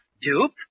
Dupe